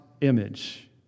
Image